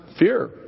Fear